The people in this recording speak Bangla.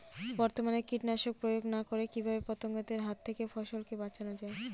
বর্তমানে কীটনাশক প্রয়োগ না করে কিভাবে পতঙ্গদের হাত থেকে ফসলকে বাঁচানো যায়?